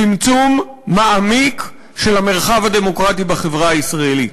צמצום מעמיק של המרחב הדמוקרטי בחברה הישראלית.